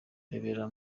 bibera